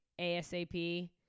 ASAP